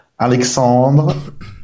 Alexandre